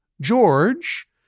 George